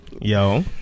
yo